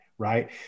Right